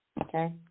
Okay